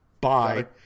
Bye